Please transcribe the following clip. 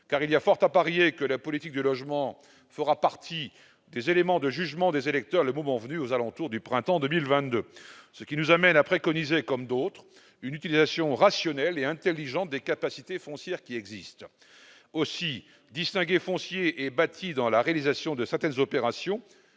il y a fort à parier que la politique du logement fera partie des éléments de jugement des électeurs le moment venu, aux alentours du printemps 2022. Cela nous amène à préconiser, comme d'autres, une utilisation rationnelle et intelligente des capacités foncières existantes. Aussi, distinguer foncier et bâti dans la réalisation de certaines opérations